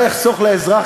יש לכם מה להסתיר,